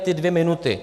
Ty dvě minuty.